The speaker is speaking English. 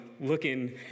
looking